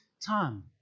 time